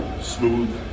smooth